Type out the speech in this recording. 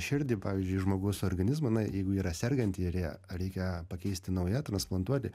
širdį pavyzdžiui žmogaus organizmą na jeigu yra serganti ir ją reikia pakeisti nauja transplantuoti